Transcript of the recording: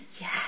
Yes